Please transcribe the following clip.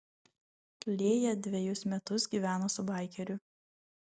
lėja dvejus metus gyveno su baikeriu